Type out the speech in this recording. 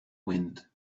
wind